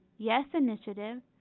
yes initiative,